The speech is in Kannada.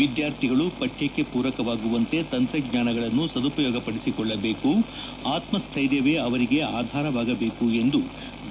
ವಿದ್ಯಾರ್ಥಿಗಳು ಪಠ್ಯಕ್ಷೆ ಪೂರಕವಾಗುವಂತೆ ತಂತ್ರಜ್ಞಾನಗಳನ್ನು ಸದುಪಯೋಗಪಡಿಸಿಕೊಳ್ಳಬೇಕು ಆತಸ್ವೈರ್ಯವೇ ಅವರಿಗೆ ಆಧಾರವಾಗಬೇಕು ಎಂದು ಬಿ